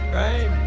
right